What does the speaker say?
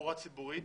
בתחבורה ציבורית,